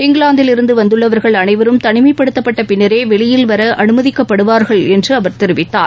இங்கிலாந்தில் இருந்து வந்துள்ளவர்கள் அனைவரும் தனிமைப்படுத்தப்பட்ட பின்னரே வெளியில்வர அமைதிக்கப்படுவார்கள் என்று அவர் தெரிவித்தார்